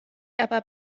aber